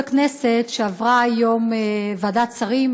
הכנסת שעברה היום בוועדת שרים,